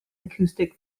acoustic